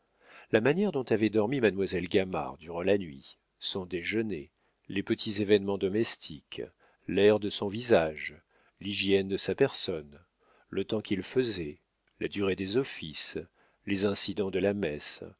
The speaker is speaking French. la manière dont avait dormi mademoiselle gamard durant la nuit son déjeuner les petits événements domestiques l'air de son visage l'hygiène de sa personne le temps qu'il faisait la durée des offices les incidents de la messe